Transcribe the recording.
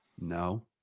No